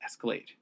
escalate